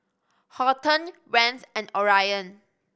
Horton Rance and Orion